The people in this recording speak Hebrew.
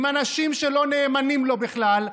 עם אנשים שלא נאמנים לו בכלל.